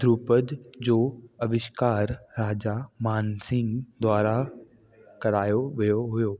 ध्रुपद जो अविष्कार राजा मानसिंग द्वारा करायो वियो हुयो